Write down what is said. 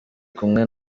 kumwe